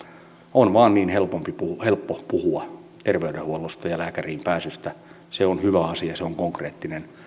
on vain niin paljon helpompi puhua terveydenhuollosta ja lääkäriin pääsystä se on hyvä asia se on konkreettinen